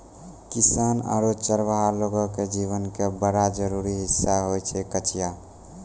किसान आरो चरवाहा लोगो के जीवन के बड़ा जरूरी हिस्सा होय छै कचिया